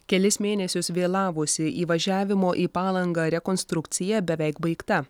kelis mėnesius vėlavusi įvažiavimo į palangą rekonstrukcija beveik baigta